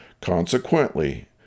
Consequently